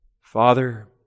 Father